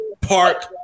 park